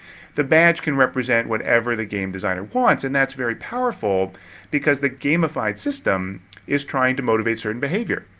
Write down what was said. the badge can represent whatever the game designer wants and that's very powerful because the gamified system is trying to motivate certain behavior.